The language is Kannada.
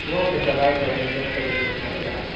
ಓಕೆ ಸರ್ ಆಯಿತು ಐನೂರು ಜನಕ್ಕೆ ಅದನ್ ಬುಕ್ ಮಾಡಿ